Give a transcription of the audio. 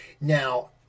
Now